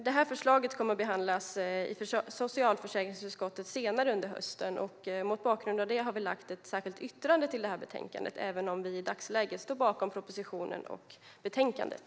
Detta förslag kommer att behandlas i socialförsäkringsutskottet senare under hösten. Mot bakgrund av det har vi skrivit ett särskilt yttrande till detta betänkande, även om vi i dagsläget står bakom propositionen och förslaget i betänkandet.